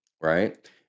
right